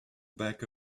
back